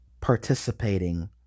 participating